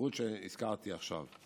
הפירוט שהזכרתי עכשיו.